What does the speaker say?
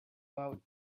out